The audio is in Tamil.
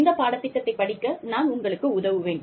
இந்த பாடத்திட்டத்தை படிக்க நான் உங்களுக்கு உதவுவேன்